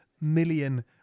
million